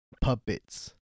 puppets